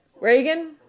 Reagan